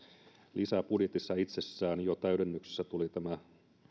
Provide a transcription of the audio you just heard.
lisäbudjetissa itsessään ja täydennyksessä tuli tämä